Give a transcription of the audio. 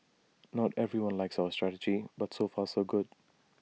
not everyone likes our strategy but so far so good